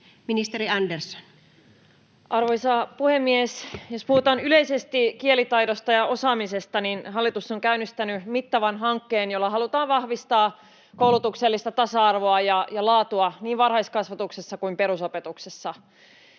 Ministeri Andersson. Arvoisa puhemies! Jos puhutaan yleisesti kielitaidosta ja osaamisesta, niin hallitus on käynnistänyt mittavan hankkeen, jolla halutaan vahvistaa koulutuksellista tasa-arvoa ja laatua niin varhaiskasvatuksessa kuin perusopetuksessa.